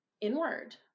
inward